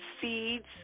seeds